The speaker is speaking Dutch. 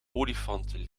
olifanten